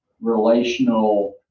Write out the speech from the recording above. relational